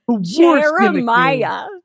Jeremiah